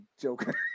Joker